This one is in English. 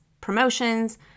Promotions